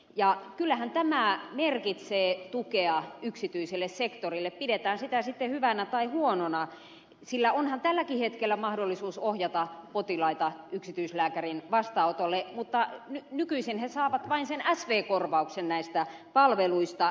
ja kyllähän tämä merkitsee tukea yksityiselle sektorille pidetään sitä sitten hyvänä tai huonona sillä onhan tälläkin hetkellä mahdollisuus ohjata potilaita yksityislääkärin vastaanotolle mutta nykyisin he saavat vain sen sv korvauksen näistä palveluista